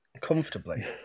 comfortably